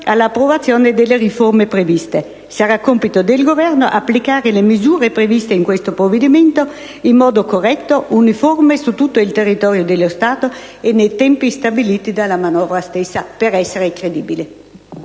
all'approvazione delle riforme previste. Sarà compito del Governo applicare le misure previste in questo provvedimento in modo corretto ed uniforme su tutto il territorio dello Stato e nei tempi stabiliti dalla manovra stessa per essere credibile.